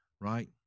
right